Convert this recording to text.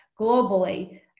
globally